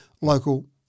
Local